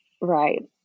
Right